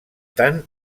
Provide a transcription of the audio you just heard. tant